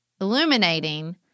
illuminating